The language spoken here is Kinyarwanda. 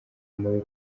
mabi